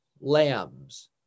lambs